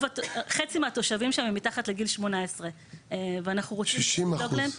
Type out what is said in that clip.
חצי מהתושבים שם הם מתחת לגיל שמונה עשרה --- שישים ושלושה אחוז.